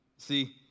See